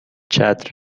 چتر